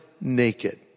naked